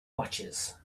watches